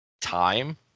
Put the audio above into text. time